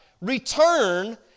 return